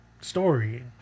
story